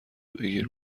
بگیر